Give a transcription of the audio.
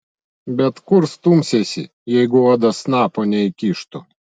bet kur stumsiesi jeigu uodas snapo neįkištų